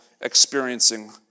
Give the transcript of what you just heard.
experiencing